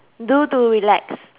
do to relax